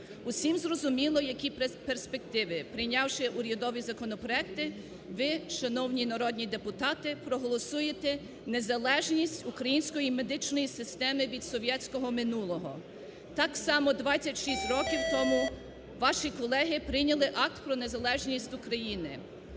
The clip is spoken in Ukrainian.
Усім зрозуміло, які перспективи. Прийнявши урядові законопроекти, ви, шановні народні депутати, проголосуєте незалежність української медичної системи від совєтського минулого. Так само 26 років тому ваші колеги прийняли Акт про незалежність України.